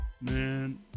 Man